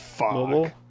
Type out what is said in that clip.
mobile